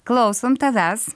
klausom tavęs